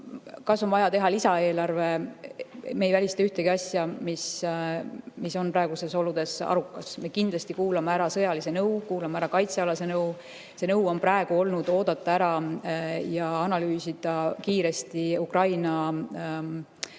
on vaja teha lisaeelarve? Me ei välista ühtegi asja, mis on praegustes oludes arukas. Kindlasti kuulame ära sõjalise nõu, kuulame ära kaitsealase nõu. See nõu on praegu olnud selline: oodata ära ja analüüsida kiiresti Ukrainas toimuvat